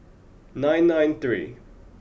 nine nine three